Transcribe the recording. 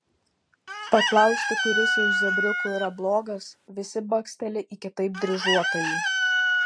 paklausti kuris iš zebriukų yra blogas visi baksteli į kitaip dryžuotąjį